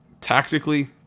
tactically